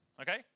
Okay